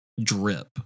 drip